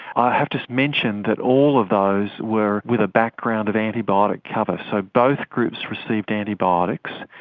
i have to mention that all of those were with a background of antibiotic cover, so both groups received antibiotics,